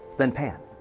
than pan.